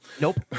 Nope